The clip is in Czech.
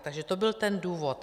Takže to byl ten důvod.